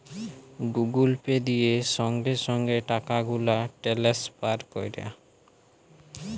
Google Pay দিয়ে সংগে সংগে টাকাগুলা টেলেসফার ক্যরা